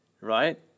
right